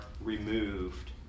removed